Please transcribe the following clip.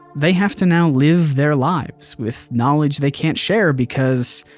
they have to now live their lives with knowledge they can't share because